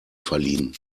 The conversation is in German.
verliehen